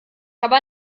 aber